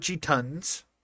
tons